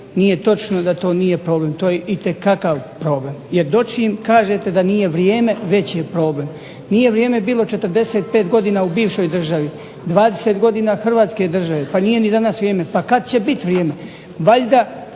nije točno da to nije problem. To je itekakav problem, jer dočim kažete da nije vrijeme, već je problem. Nije vrijeme bilo vrijeme 45 godina u bivšoj državi, 20 godina Hrvatske države pa nije ni danas vrijeme. Pa kad će biti vrijeme,